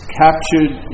captured